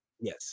Yes